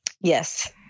Yes